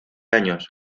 años